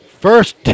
First